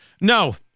No